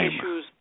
issues